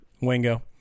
Wingo